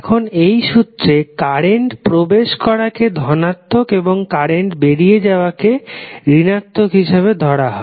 এখন এই সুত্রে কারেন্ট প্রবেশ করাকে ধনাত্মক এবং কারেন্ট বেরিয়ে যাওয়া কে ঋণাত্মক হিসাবে ধরা হয়